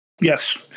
Yes